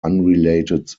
unrelated